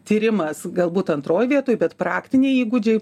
tyrimas galbūt antroj vietoj bet praktiniai įgūdžiai